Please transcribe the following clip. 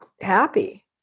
happy